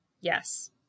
Yes